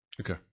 Okay